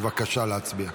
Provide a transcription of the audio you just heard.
בבקשה להצביע.